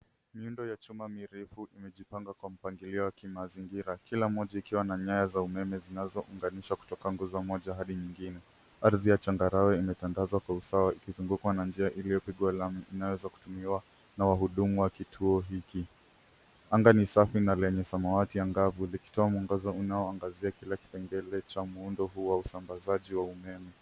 Miundo ya chuma mirefu imejipanga kwa mpangilio wa kimazingira, kila moja ikiwa na nyaya za umeme zinazounganishwa kutoka nguzo moja hadi nyingine. Arthi ya changarawe imetandazwa kwa usawa, ikizungukwa na njia iliyopigwa lami inayoweza kutumiwa na wahudumu wa kituo hiki. Anga ni safi na lenye samawati angavu, likitoa mwangaza unao angazia kila kipengele cha muundo huu wa usambazaji wa umeme.